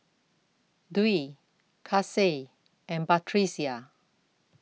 Dwi Kasih and Batrisya